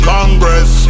Congress